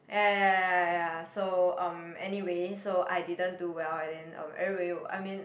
ya ya ya ya so um anyway so I didn't do well and then um everybody were I mean